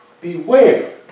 beware